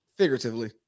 Figuratively